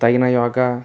తగిన యోగా